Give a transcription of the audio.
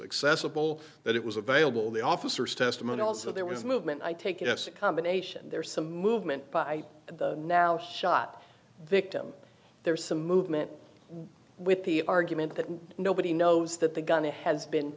accessible that it was available the officers testimony also there was movement i take it it's a combination there is some movement by the now shot victim there's some movement with the argument that nobody knows that the gun has been